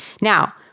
Now